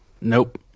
Nope